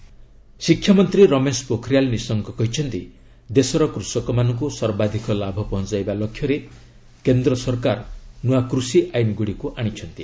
Pokhriyal opposition ଶିକ୍ଷାମନ୍ତ୍ରୀ ରମେଶ ପୋଖରିଆଲ୍ ନିଶଙ୍କ କହିଛନ୍ତି ଦେଶର କୃଷକମାନଙ୍କୁ ସର୍ବାଧିକ ଲାଭ ପହଞ୍ଚାଇବା ଲକ୍ଷ୍ୟରେ କେନ୍ଦ୍ର ସରକାର ନୂଆ କୃଷି ଆଇନଗୁଡ଼ିକୁ ଆଣିଛନ୍ତି